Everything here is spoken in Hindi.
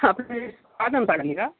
हाफ एन आवर के बाद उतारिएगा